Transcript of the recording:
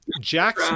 Jack